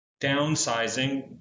downsizing